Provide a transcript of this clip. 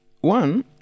One